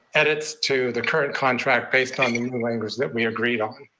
edits to the current contract based on the new language that we agreed on.